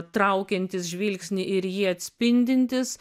traukiantis žvilgsnį ir jį atspindintis